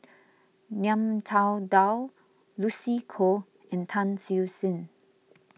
Ngiam Tong Dow Lucy Koh and Tan Siew Sin